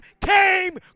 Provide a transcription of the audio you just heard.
came